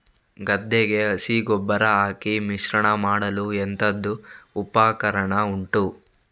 ಗದ್ದೆಗೆ ಹಸಿ ಗೊಬ್ಬರ ಹಾಕಿ ಮಿಶ್ರಣ ಮಾಡಲು ಎಂತದು ಉಪಕರಣ ಉಂಟು?